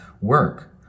work